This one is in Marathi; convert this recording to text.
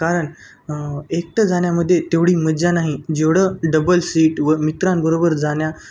कारण एकटं जाण्यामध्ये तेवढी मज्जा नाही जेवढं डबल सीट व मित्रांबरोबर जाण्या